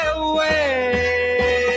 away